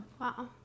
wow